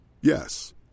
Yes